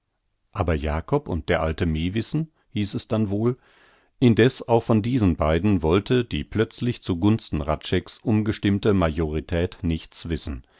aber jakob und der alte mewissen hieß es dann wohl indeß auch von diesen beiden wollte die plötzlich zu gunsten hradscheck's umgestimmte majorität nichts wissen